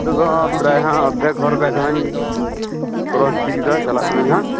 ᱱᱤᱛᱚᱜ ᱫᱚ ᱯᱨᱟᱭ ᱦᱟᱜ ᱚᱨᱫᱷᱮᱠ ᱦᱚᱨ ᱜᱟᱱ ᱫᱚᱦᱟᱜ ᱤᱧ ᱠᱨᱚᱥ ᱤᱫᱤ ᱠᱮᱫᱟ ᱪᱟᱞᱟᱜ ᱠᱟᱹᱱᱟᱹᱧ ᱦᱟᱜ